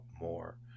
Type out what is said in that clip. more